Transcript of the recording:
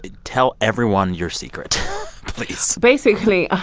tell everyone your secret please basically, ah